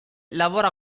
lavora